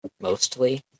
mostly